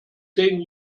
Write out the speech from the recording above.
zehn